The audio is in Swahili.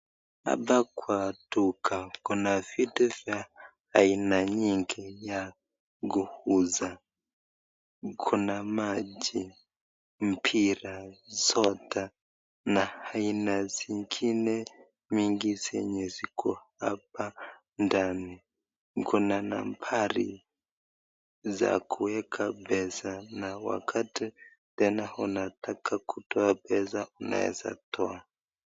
Hapa kwa duka kuna kuna vitu vya aina nyingi ya kuuza Kuna maji, mpira, soda na aina zingine mingi zenye ziko hapa ndani, Kuna nambari za kuweka pesa , wakati tena unataka kutoa pesa unaeza toa.